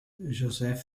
joseph